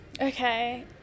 okay